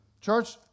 Church